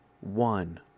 one